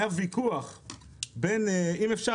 אם אפשר,